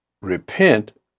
repent